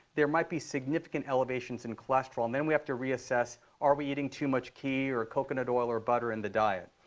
there might be significant elevations in cholesterol. and then we have to reassess. are we eating too much ghee or coconut oil or butter in the diet?